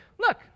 look